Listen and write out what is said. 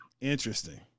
interesting